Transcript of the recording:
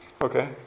Okay